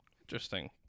Interesting